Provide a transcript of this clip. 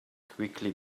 quickly